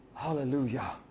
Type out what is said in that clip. Hallelujah